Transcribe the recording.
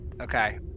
Okay